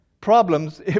problems